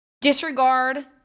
disregard